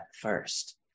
first